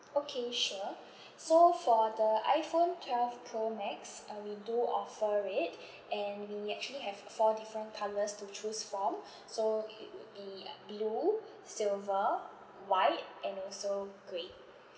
okay sure so for the iPhone twelve pro max uh we do offer it and we actually have four different colours to choose from so it would be uh blue silver white and also grey